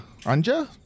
Anja